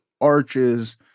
arches